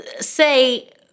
say